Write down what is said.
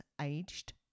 aged